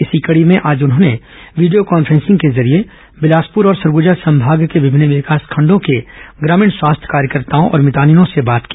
इसी कड़ी में आज उन्होंने वीडियो कॉन्फ्रेंसिंग के जरिए बिलासपुर और सरगुजा संभाग के विभिन्न विकास खंडों के ग्रामीण स्वास्थ्य कार्यकर्ताओं और मितानिनों से बातचीत की